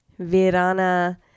Virana